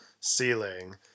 ceiling